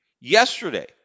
yesterday